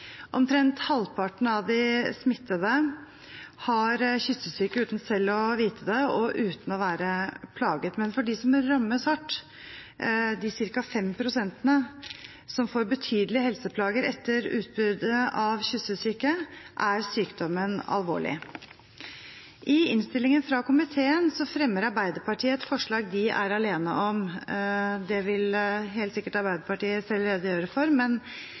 Omtrent halvparten av de smittede har kyssesyke uten selv å vite det og uten å være plaget. Men for dem som rammes hardt, de ca. 5 pst. som får betydelige helseplager etter utbruddet av kyssesyken, er sykdommen alvorlig. I innstillingen fra komiteen fremmer Arbeiderpartiet et forslag de er alene om. Det vil helt sikkert Arbeiderpartiet selv redegjøre for.